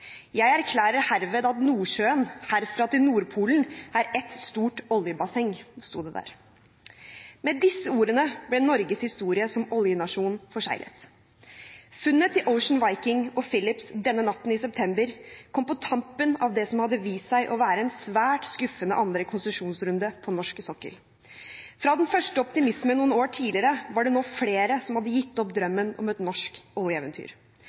jeg har olje over hele Nordsjøen, men brønnen er under kontroll. Samtidig hadde Seabourn sendt en melding inn til kontoret i Stavanger: «Jeg erklærer herved at Nordsjøen, herfra til Nordpolen, er et stort oljebasseng». Med disse ordene ble Norges historie som oljenasjon forseglet. Funnet til «Ocean Viking» og Phillips denne natten i september kom på tampen av det som hadde vist seg å være en svært skuffende andre konsesjonsrunde på norsk sokkel. Fra den første optimismen noen år tidligere var det nå flere som